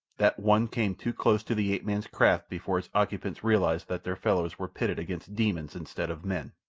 that one came too close to the ape-man's craft before its occupants realized that their fellows were pitted against demons instead of men.